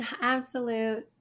absolute